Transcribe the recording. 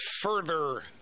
further